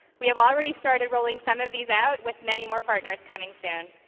we have already started rolling some of these out, with many more partners coming soon.